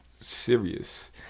serious